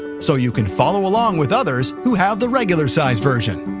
so you can follow along with others who have the regular sized version.